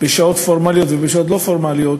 בשעות פורמליות ובשעות לא פורמליות